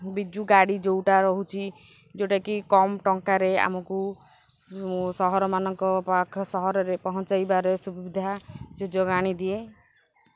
ବିଜୁ ଗାଡ଼ି ଯେଉଁଟା ରହୁଛି ଯେଉଁଟାକି କମ୍ ଟଙ୍କାରେ ଆମକୁ ସହରମାନଙ୍କ ପାଖ ସହରରେ ପହଞ୍ଚାଇବାରେ ସୁବିଧା ସୁଯୋଗ ଆଣିଦିଏ